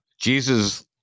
jesus